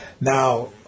Now